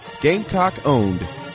Gamecock-owned